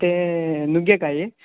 ಮತ್ತೆ ನುಗ್ಗೆಕಾಯಿ